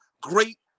Great